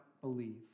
believe